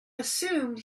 assumed